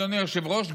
אדוני היושב-ראש,